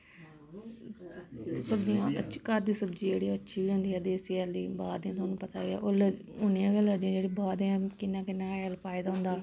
सब्जियां घऱ दी सब्जी जेह्ड़ी अच्छी बी हेंदी देस्सी हैल दी बाह्र दी तोआनूं पता गै होनी गै ऐलार्जी जेह्ड़ी बाह्र दियां नै किन्ना किन्ना हैल पाए दा होंदा